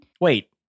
wait